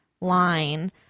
line